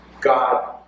God